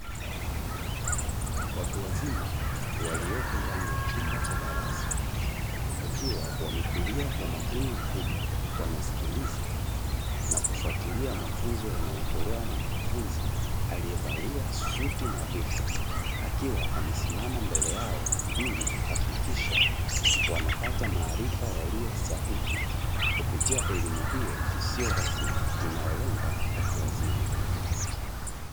Watu wazima waliopo ndani ya chumba cha darasa wakiwa wametulia kwa umakini mkubwa, wanasikiliza na kufuatilia mafunzo yanayotolewa mkufunzi alievalia suti nadhifu akiwa amesimama mbele yao, ili kuhakikisha wanapata maarifa yaliyostahiki kupitia elimu hiyo isiyirasmi inayolenga watu wazima.